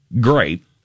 great